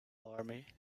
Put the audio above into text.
army